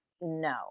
No